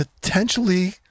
potentially